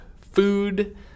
food